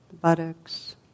buttocks